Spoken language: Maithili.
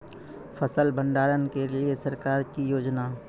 फसल भंडारण के लिए सरकार की योजना?